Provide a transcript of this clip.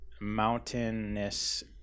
mountainous